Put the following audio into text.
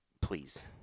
Please